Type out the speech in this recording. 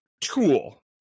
tool